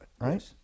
right